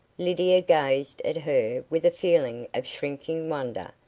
lydia gazed at her with a feeling of shrinking wonder,